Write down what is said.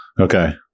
Okay